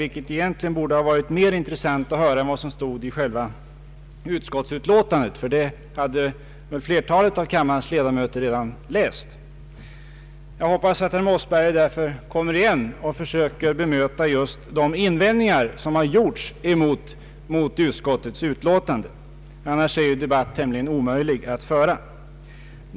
Det hade egentligen varit mer intressant att höra än en upprepning av vad som står i utskottsutlåtandet. Det har ju kammarens ledamöter redan läst. Jag hoppas därför att herr Mossberger kommer igen och försöker bemöta just de invändningar som har gjorts mot utskottets utlåtande. Annars är debatten tämligen omöjlig att föra.